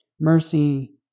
mercy